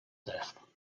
death